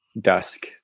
dusk